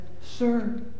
Sir